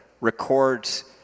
records